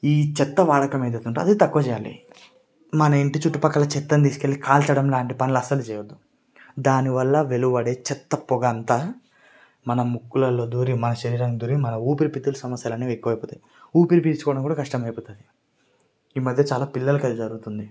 ఈ చెత్త వాడకం ఏదైతే ఉంటుందో అది తక్కువ చేయాలి మన ఇంటి చుట్టుపక్కల చెత్తను తీసుకెళ్ళి కాల్చడం లాంటి పనులు అస్సలు చేయద్దు దానివల్ల వెలువడే చెత్త పొగ అంతా మన ముక్కుల్లో దూరి మన శరీరంలో దూరి మన ఊపిరితిత్తుల సమస్యలనేవి ఎక్కువైపోతాయి ఊపిరి పీల్చుకోవడం కూడా కష్టమైపోతుంది ఈ మధ్య చాలా పిల్లలకి అది జరుగుతుంది